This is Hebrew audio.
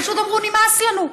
פשוט אמרו: נמאס לנו.